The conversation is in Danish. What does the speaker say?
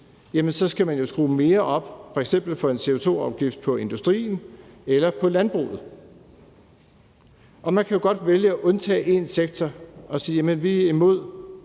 skal man jo skrue mere op for f.eks. en CO2-afgift på industrien eller på landbruget. Og man kan jo godt vælge at undtage en sektor og sige, at man er imod,